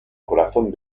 corazón